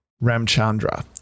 Ramchandra